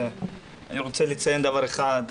אני רוצה לציין דבר אחד,